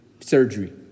surgery